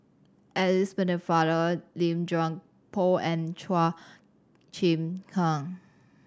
Alice Pennefather Lim Chuan Poh and Chua Chim Kang